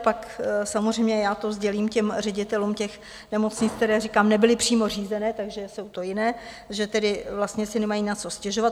Pak samozřejmě já to sdělím ředitelům těch nemocnic, které, říkám, nebyly přímo řízené, takže jsou to jiné, že tedy vlastně si nemají na co stěžovat.